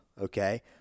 okay